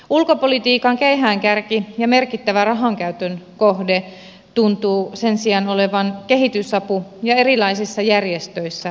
ulkopolitiikan keihäänkärki ja merkittävä rahankäytön kohde tuntuu sen sijaan olevan kehitysapu ja erilaisissa järjestöissä toimiminen